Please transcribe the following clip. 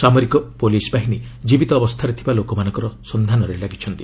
ସାମରିକ ଓ ପ୍ରଲିସ ବାହିନୀ ଜୀବିତ ଅବସ୍ଥାରେ ଥିବା ଲୋକମାନଙ୍କର ସନ୍ଧାନରେ ଲାଗିଛନ୍ତି